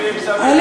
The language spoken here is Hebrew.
כספים, כספים.